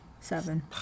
Seven